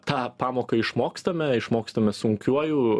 tą pamoką išmokstame išmokstame sunkiuoju